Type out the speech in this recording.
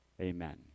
Amen